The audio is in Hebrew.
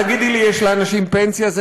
את תגידי לי: יש לאנשים פנסיה.